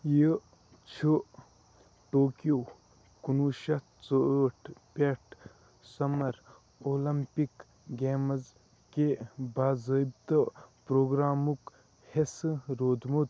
یہِ چھُ ٹوکِیو کُنوُہ شٮ۪تھ ژُہٲٹھ پٮ۪ٹھ سَمر آلمپِک گیٚمٕز کہِ باضٲبطہٕ پرٛوگرامُک حِصہٕ روٗدمُت